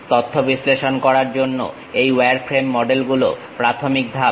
তথ্য বিশ্লেষণ করার জন্য এই ওয়ারফ্রেম মডেল গুলো প্রাথমিক ধাপ